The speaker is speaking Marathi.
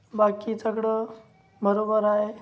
बाकी सगळं बरोबर आहे